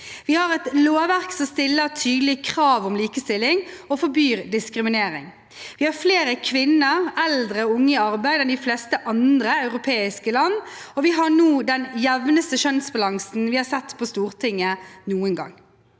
Vi har et lovverk som stiller tydelige krav om likestilling og forbyr diskriminering. Vi har flere kvinner, eldre og unge i arbeid enn de fleste andre europeiske land, og vi har nå den jevneste kjønnsbalansen vi har sett på Stortinget noen gang.